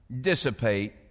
dissipate